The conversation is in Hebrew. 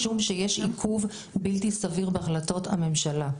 משום שיש עיכוב בלתי סביר בהחלטות הממשלה.